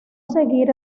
seguir